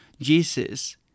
Jesus